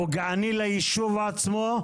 פוגעני לישוב עצמו,